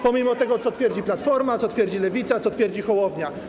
Pomimo tego, co twierdzi Platforma, co twierdzi Lewica, co twierdzi Hołownia.